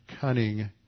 cunning